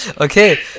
Okay